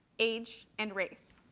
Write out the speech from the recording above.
age, and race.